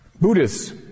Buddhists